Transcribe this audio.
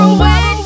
away